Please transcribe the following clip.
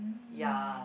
ya